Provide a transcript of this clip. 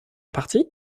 parti